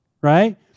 right